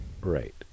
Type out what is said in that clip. Right